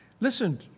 Listen